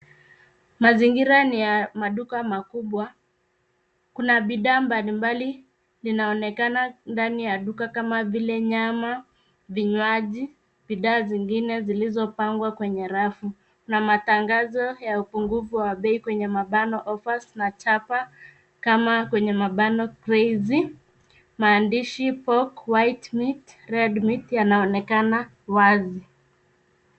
Mazingira ni ya maduka makubwa. Kuna bidhaa mbalimbali zinaonekana ndani ya duka kama vile, nyama, vinywaji, bidhaa zingine zilizopangwa kwenye rafu na matangazo ya upungufu wa bei kwenye mabano offers na chapa, kama kwenye mabano crazy . Maandishi pork white meat, red meat yanaonekana wazi.